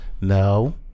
No